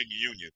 Union